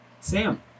Sam